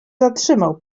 zatrzymał